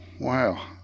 wow